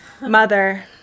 Mother